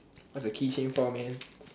where's the keychain from man